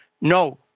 no